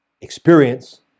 experience